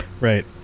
right